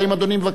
להצביע.